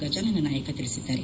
ಗಜಾನನ ನಾಯಕ ತಿಳಿಸಿದ್ದಾರೆ